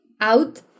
out